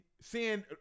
seeing